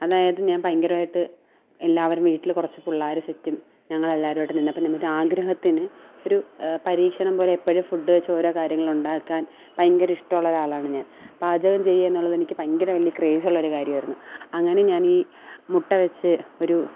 അതായത് ഞാൻ ഭയങ്കരമായിട്ട് എല്ലാവരും വീട്ടില് കുറച്ച് പിള്ളേര് സെറ്റും ഞങ്ങളെല്ലാവാരുമായിട്ട് നിന്നപ്പോള് ഞങ്ങള്ക്കാഗ്രഹത്തിന് ഒരു പരീക്ഷണം പോലെ എപ്പോഴും ഫുഡ് ചോറ് കാര്യങ്ങളുണ്ടാക്കാൻ ഭയങ്കര ഇഷ്ടമുള്ളൊരാളാണ് ഞാൻ പാചകം ചെയ്യുക എന്നുള്ളതെനിക്ക് ഭയങ്കര വലിയ ക്രേസുള്ളൊരു കാര്യമായിരുന്നു അങ്ങനെ ഞാനീ മുട്ട വെച്ച് ഒരു